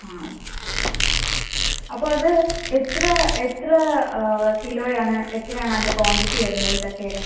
ആത് മ് അപ്പോൾ അത് എത്ര എത്ര കിലോയാണ് എത്രയാണ് അതിൻ്റെ ക്വാണ്ടിറ്റി വരുന്നത് ചക്കയുടെ